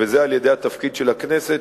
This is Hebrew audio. על-ידי התפקיד של הכנסת,